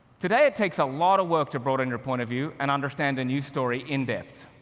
today, it takes a lot of work to broaden your point of view and understand a news story in-depth.